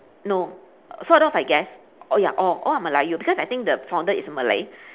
no sort of I guess oh ya all all are melayu because I think the founder is Malay